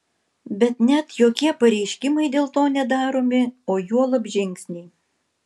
bet net jokie pareiškimai dėl to nedaromi o juolab žingsniai